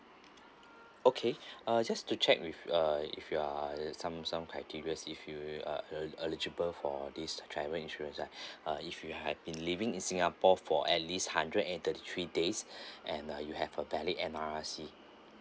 okay uh just to check with uh if you are some some criterias if you are eli~ eligible for this travel insurance like uh if you had been living in singapore for at least hundred and thirty three days and uh you have a valid N_R_I_C